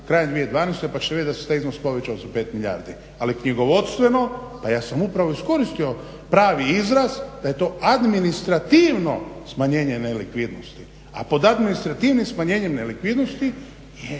krajem 2012. pa ćete vidjet da se taj iznos povećao za 5 milijardi, ali knjigovodstveno pa ja sam upravo iskoristio pravi izraz da je to administrativno smanjenje nelikvidnosti, a pod administrativnim smanjenjem nelikvidnosti je